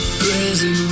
crazy